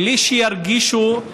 בלי שירגישו,